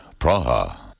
Praha